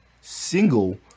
single